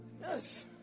yes